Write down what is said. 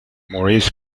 maurice